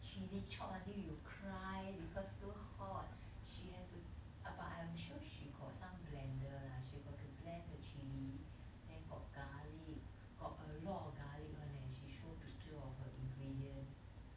chilli chop until you cry because too hot she has to but I'm sure she got some blender lah she got to blend the chilli then got garlic got a lot of garlic one leh she show picture of her ingredient